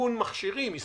מאיכון המכשירים, קיים.